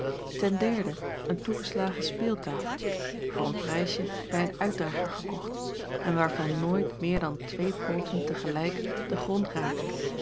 ten derde een toegeslagen speeltafeltje voor een prijsje bij een uitdrager gekocht en waarvan nooit meer dan twee pooten te gelijk den grond raken